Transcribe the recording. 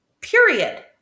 Period